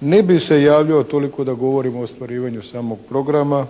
Ne bih se javio toliko da govorio o ostvarivanju samog programa